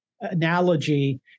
analogy